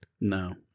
No